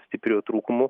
stipriu trūkumu